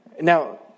now